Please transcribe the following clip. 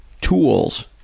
tools